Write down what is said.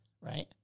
right